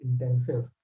intensive